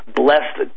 blessed